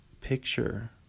Picture